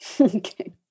Okay